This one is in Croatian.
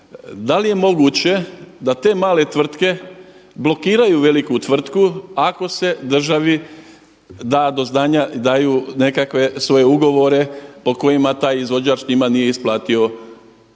da li je moguće da te male tvrtke blokiraju veliku tvrtku ako se državi da do znanja, daju nekakve svoje ugovore po kojima taj izvođač njima nije isplatio